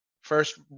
first